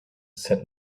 said